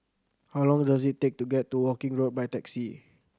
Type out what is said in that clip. how long does it take to get to Woking Road by taxi